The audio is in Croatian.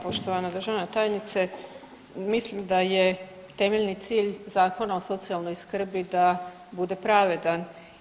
Poštovana državna tajnice, mislim da je temeljni cilj Zakona o socijalnoj skrbi da bude pravedan.